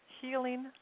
healing